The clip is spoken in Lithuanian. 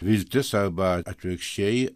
viltis arba atvirkščiai